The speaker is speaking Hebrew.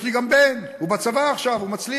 יש לי גם בן, הוא בצבא עכשיו, הוא מצליח.